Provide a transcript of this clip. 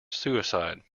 suicide